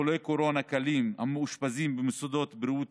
לחולי קורונה קלים המאושפזים במוסדות לבריאות